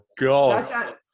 God